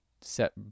set